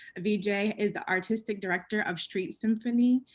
vijay is the artistic director of street symphony,